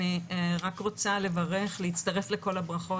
אני רק רוצה להצטרף לכל הברכות,